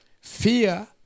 Fear